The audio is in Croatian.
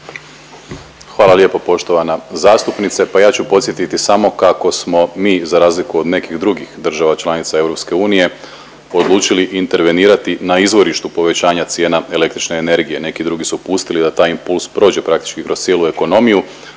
Hvala lijepo poštovana zastupnice. Pa ja ću podsjetiti samo kako smo mi za razliku od nekih drugih država članica EU odlučili intervenirati na izvorištu povećanja cijena električne energije. Neki drugi su pustili da taj impuls prođe praktički kroz cijelu ekonomiju.